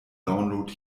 download